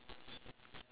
origin